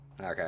Okay